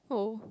oh